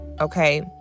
okay